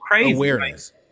awareness